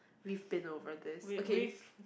we've been over this okay